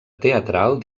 teatral